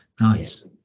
nice